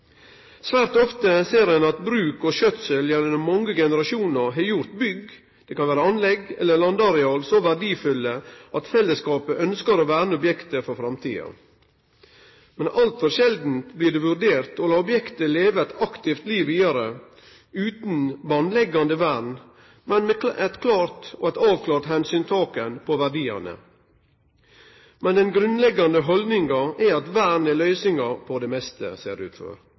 Svært ofte ser ein at bruk og skjøtsel gjennom mange generasjonar har gjort bygg, anlegg eller landareal så verdifulle at fellesskapet ønskjer å verne objektet for framtida. Men altfor sjeldan blir det vurdert å la objektet leve eit aktivt liv vidare utan bandleggjande vern, men med eit avklart omsyn til verdiane. Men den grunnleggjande haldninga er at vern er løysinga på det meste, ser det ut